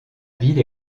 ville